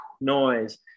noise